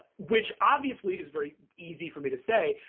which obviously is very easy for me to say,